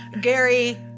Gary